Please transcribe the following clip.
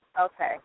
okay